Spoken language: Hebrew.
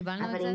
קיבלנו את זה,